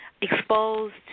exposed